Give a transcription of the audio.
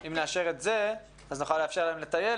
אם נאשר את זה, אז נוכל לאפשר להם לטייל.